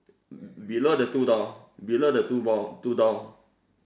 below the two door below the two door two door